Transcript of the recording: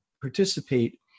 participate